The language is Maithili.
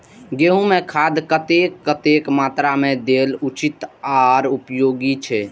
गेंहू में खाद कतेक कतेक मात्रा में देल उचित आर उपयोगी छै?